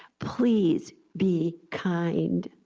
please be kind,